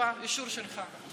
לאישור שלך.